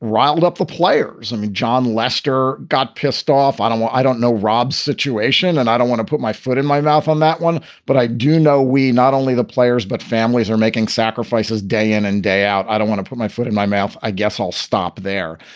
riled up the players. i mean, jon lester got pissed off. i don't want i don't know rob's situation and i don't want to put my foot in my mouth on that one. but i do know we not only the players, but families are making sacrifices day in and day out. i don't want to put my foot in my mouth. i guess i'll stop there.